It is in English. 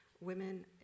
women